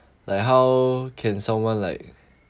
like how can someone like